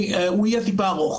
זה יהיה קצת ארוך.